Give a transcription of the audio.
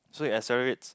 so it accelerates